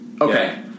Okay